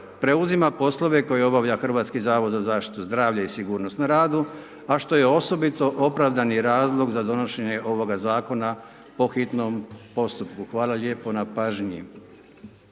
preuzima poslove koje obavlja Hrvatski zavod za zaštitu zdravlja i sigurnost na radu, a što je osobito opravdani razlog za donošenje ovoga Zakona po hitnom postupku. Hvala lijepo na pažnji.